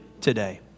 today